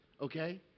okay